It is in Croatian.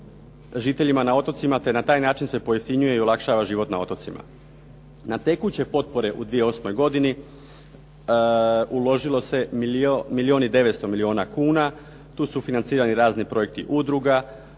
na otocima te na taj način se pojeftinjuje i olakšava život na otocima. Na tekuće potpore u 2008. godini uložilo se milijun i 900 milijuna kuna. Tu su financirani razni projekti udruga,